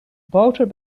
boter